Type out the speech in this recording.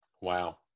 Wow